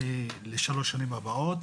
לשלוש השנים הבאות.